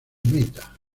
meta